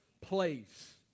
place